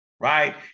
Right